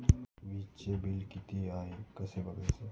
वीजचे बिल किती आहे कसे बघायचे?